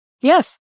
Yes